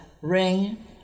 Ring